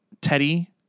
Teddy